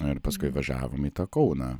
ir paskui važiavome į tą kauną